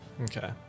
Okay